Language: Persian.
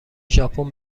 ژاپن